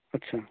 আচ্ছা